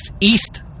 East